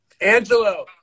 Angelo